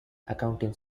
accounting